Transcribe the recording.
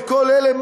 וכל אלה,